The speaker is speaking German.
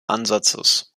ansatzes